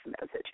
message